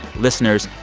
listeners,